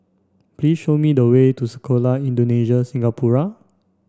please show me the way to Sekolah Indonesia Singapura